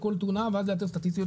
לכל תאונה ואז לתת סטטיסטיות.